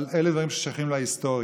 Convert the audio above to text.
אבל אלה דברים ששייכים להיסטוריה.